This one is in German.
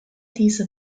diese